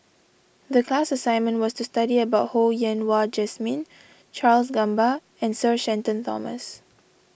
the class assignment was to study about Ho Yen Wah Jesmine Charles Gamba and Sir Shenton Thomas